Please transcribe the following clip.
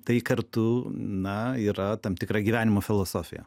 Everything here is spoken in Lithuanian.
tai kartu na yra tam tikra gyvenimo filosofija